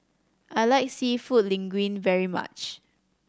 I like Seafood Linguine very much